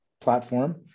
platform